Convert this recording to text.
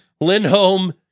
Lindholm